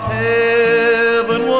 heaven